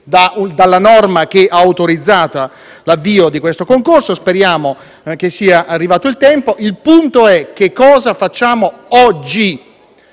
dalla norma che ha autorizzato l'avvio di questo concorso. Speriamo che sia arrivato il tempo. Il punto è: cosa facciamo oggi?